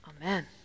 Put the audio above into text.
Amen